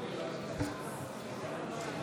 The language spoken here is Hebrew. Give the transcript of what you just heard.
קובע שההצעה לא התקבלה.